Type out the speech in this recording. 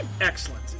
Excellent